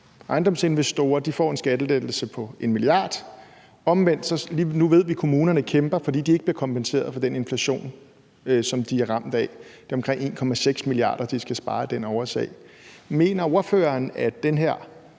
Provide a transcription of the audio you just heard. ejendomsinvestorer får en skattelettelse på 1 mia. kr. Omvendt ved vi lige nu, at kommunerne kæmper, fordi de ikke bliver kompenseret for den inflation, som de er ramt af. Det er omkring 1,6 mia. kr., de skal spare af den årsag. Mener ordføreren, at det her